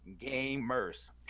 gamers